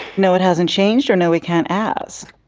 no, it hasn't changed or no, we can't. as